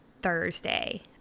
Thursday